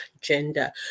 gender